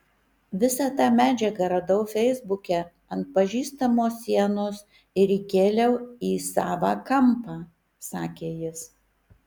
visą tą medžiagą radau feisbuke ant pažįstamo sienos ir įkėliau į savą kampą sakė jis